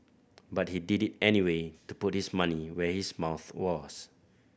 but he did it anyway to put his money where his mouth was